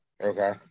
Okay